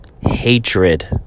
hatred